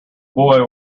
boy